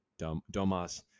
Domas